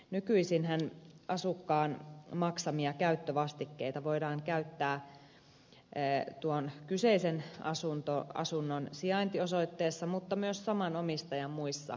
nykyisinhän asukkaan maksamia käyttövastikkeita voidaan käyttää tuon kyseisen asunnon sijaintiosoitteessa mutta myös saman omistajan muissa kohteissa